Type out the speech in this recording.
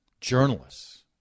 journalists